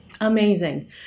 Amazing